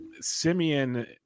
Simeon